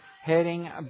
heading